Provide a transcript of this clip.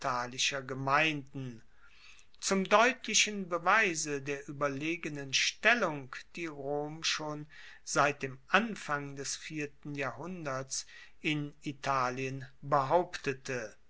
gemeinden zum deutlichen beweise der ueberlegenen stellung die rom schon seit dem anfang des vierten jahrhunderts in italien behauptete